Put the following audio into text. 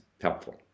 helpful